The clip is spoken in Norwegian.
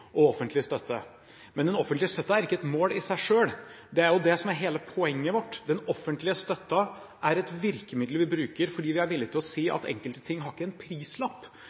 og offentlig støtte. Men den offentlige støtten er ikke et mål i seg selv, det er det som er hele poenget vårt. Den offentlige støtten er et virkemiddel vi bruker fordi vi er villig til å si at enkelte ting ikke har en prislapp,